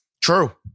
True